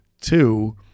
Two